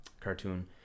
cartoon